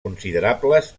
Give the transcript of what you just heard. considerables